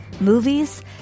movies